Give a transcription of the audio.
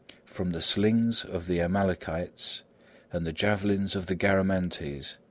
from the slings of the amalekites and the javelins of the garamantes,